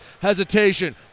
hesitation